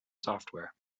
software